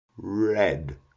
Red